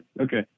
Okay